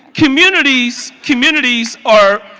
communities, communities are,